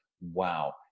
wow